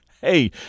Hey